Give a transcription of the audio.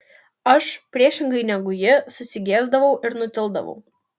aš priešingai negu ji susigėsdavau ir nutildavau